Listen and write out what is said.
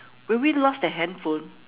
when we lost that handphone